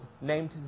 named